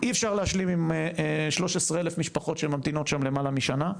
אי אפשר להשלים עם 13,000 משפחות שממתינות שם למעלה משנה,